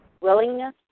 Willingness